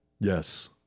yes